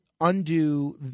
undo